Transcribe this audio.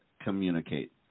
communicate